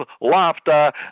laughter